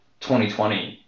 2020